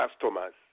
customers